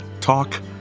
talk